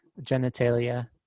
genitalia